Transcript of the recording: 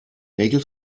regel